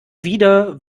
wieder